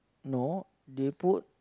no they put